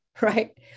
right